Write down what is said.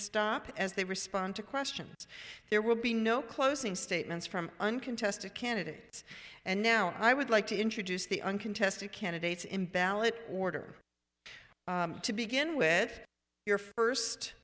stop as they respond to questions there will be no closing statements from uncontested candidates and now i would like to introduce the uncontested candidates in ballot order to begin with your first